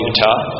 Utah